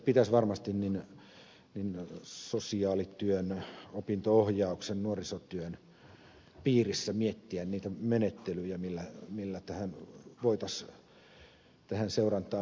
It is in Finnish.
tässä pitäisi varmasti sosiaalityön opinto ohjauksen nuorisotyön piirissä miettiä niitä menettelyjä millä voitaisiin tähän seurantaan paremmin keskittyä